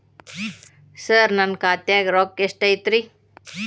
ಸರ ನನ್ನ ಖಾತ್ಯಾಗ ರೊಕ್ಕ ಎಷ್ಟು ಐತಿರಿ?